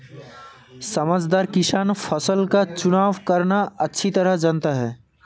समझदार किसान फसल का चुनाव करना अच्छी तरह जानते हैं